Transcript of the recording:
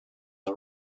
are